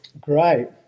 Great